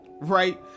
right